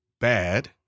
bad